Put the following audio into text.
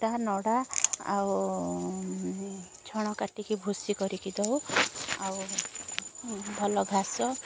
କୁଟା ନଡ଼ା ଆଉ ଛଣ କାଟିକି ଭୁସି କରିକି ଦେଉ ଆଉ ଭଲ ଘାସ